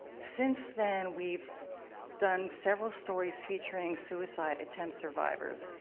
since then, we've done several stories featuring suicide attempt survivors,